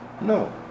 No